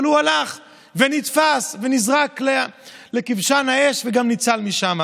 אבל הוא הלך ונתפס ונזרק לכבשן האש וגם ניצל משם.